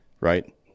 Right